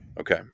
okay